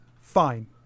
Fine